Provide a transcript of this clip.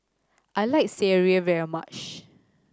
I like sireh very much